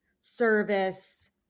service